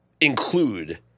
include